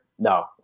No